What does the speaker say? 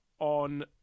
On